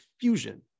Fusion